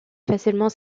facilement